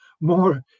more